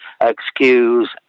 excuse